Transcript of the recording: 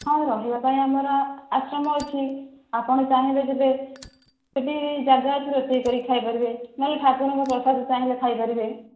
ହଁ ଆଉ ରହିବା ପାଇଁ ଆମର ଆଶ୍ରମ ଅଛି ଆପଣ ଚାହିଁବେ ଯଦି ସେଠି ଜାଗା ଅଛି ରୋଷେଇ କରିକି ଖାଇ ପାରିବେ ନହଲେ ଠାକୁରଙ୍କ ପ୍ରସାଦ ଚାହିଁଲେ ଖାଇ ପାରିବେ